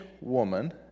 woman